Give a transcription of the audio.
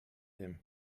him